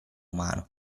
umano